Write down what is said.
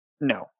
No